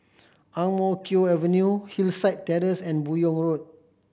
Ang Mo Kio Avenue Hillside Terrace and Buyong Road